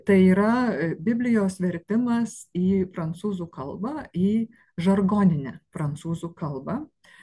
tai yra biblijos vertimas į prancūzų kalbą į žargoninę prancūzų kalbą